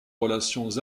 relations